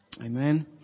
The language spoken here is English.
Amen